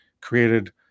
created